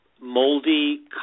moldy